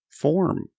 form